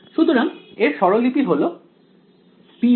সুতরাং এর স্বরলিপি হলো PV